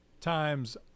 times